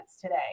today